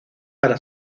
para